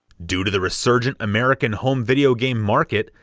due to the resurgent american home video game market,